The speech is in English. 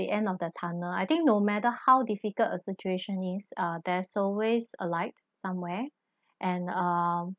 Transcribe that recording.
the end of the tunnel I think no matter how difficult a situation is uh there's always a light somewhere and um